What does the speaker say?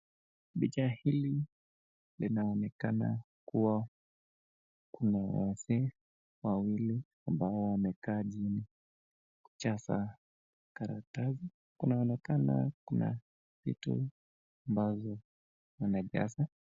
Picha hili linaonekana kuwa kuna wazee wawili ambao wamekaa jini kujaza karatasi. Kunaonekana kuna vitu ambazo anajaza.